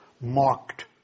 marked